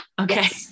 Okay